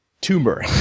tumor